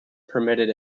permitted